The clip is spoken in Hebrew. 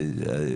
עוד פעם,